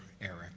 Eric